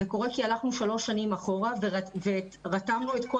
זה קורה כי הלכנו שלוש שנים אחורה ורתמנו את כל